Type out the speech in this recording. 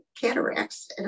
cataracts